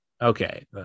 Okay